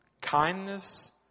kindness